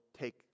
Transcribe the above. take